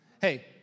Hey